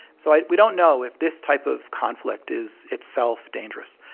so we don't know if this type of conflict is itself dangerous.